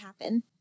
happen